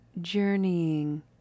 journeying